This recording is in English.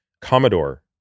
Commodore